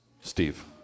Steve